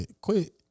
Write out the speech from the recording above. quit